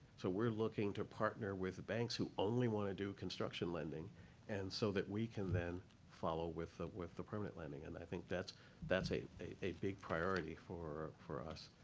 so we're looking to partner with the banks who only want to do construction lending and so that we can then follow with ah with the permanent lending. and i think that's that's a a big priority for for us